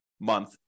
month